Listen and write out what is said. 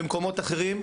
במקומות אחרים,